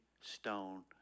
stone